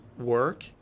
work